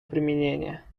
примирения